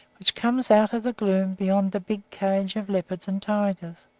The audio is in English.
which comes out of the gloom beyond the big cage of leopards and tigers.